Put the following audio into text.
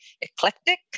eclectic